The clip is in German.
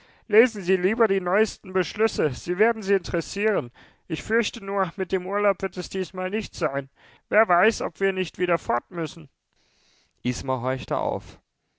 lesen sie lieber die neuesten beschlüsse sie werden sie interessieren ich fürchte nur mit dem urlaub wird es diesmal nichts sein wer weiß ob wir nicht wieder fort müssen isma horchte auf